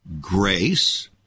grace